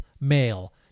male